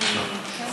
היחידי.